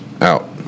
Out